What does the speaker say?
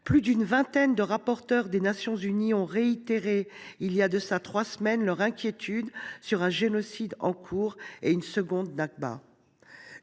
plus d’une vingtaine de rapporteurs des Nations unies ont réitéré, il y a trois semaines, leur inquiétude sur « un génocide en cours » et une « seconde Nakba